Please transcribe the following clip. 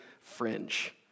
fringe